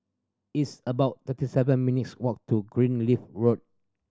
it's about thirty seven minutes' walk to Greenleaf Road